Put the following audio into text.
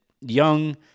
young